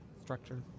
structure